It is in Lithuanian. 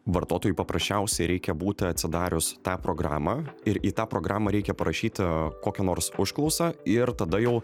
vartotojai paprasčiausiai reikia būti atsidarius tą programą ir į tą programą reikia parašyti kokią nors užklausą ir tada jau